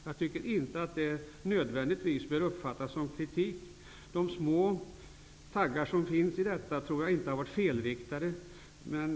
Jag tycker inte att det nödvändigtvis skall uppfattas som kritik. Jag tror inte att de små taggar som finns i denna skrivning har varit felriktade.